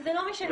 זה לא משנה,